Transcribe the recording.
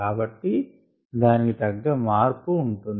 కాబట్టి దానికి తగ్గ మార్పు ఉంటుంది